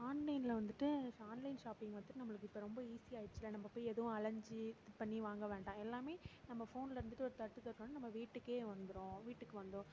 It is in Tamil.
ஆன்லைனில் வந்துட்டு ஷா ஆன்லைன் ஷாப்பிங் வந்துட்டு நம்மளுக்கு இப்போ ரொம்ப ஈஸியாக ஆகிருச்சில நம்ம போயி எதுவும் அலைஞ்சு இது பண்ணி வாங்க வேண்டாம் எல்லாமே நம்ம ஃபோனில் இருந்துட்டு ஒரு தட்டு தட்னொடனே நம்ம வீட்டுக்கே வந்துடும் வீட்டுக்கு வந்தும்